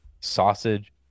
sausage